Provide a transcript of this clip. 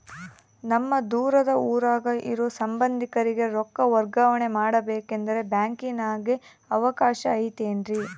ನಮ್ಮ ದೂರದ ಊರಾಗ ಇರೋ ಸಂಬಂಧಿಕರಿಗೆ ರೊಕ್ಕ ವರ್ಗಾವಣೆ ಮಾಡಬೇಕೆಂದರೆ ಬ್ಯಾಂಕಿನಾಗೆ ಅವಕಾಶ ಐತೇನ್ರಿ?